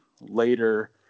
later